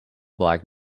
black